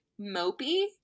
mopey